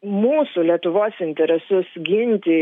mūsų lietuvos interesus ginti